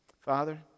Father